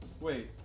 wait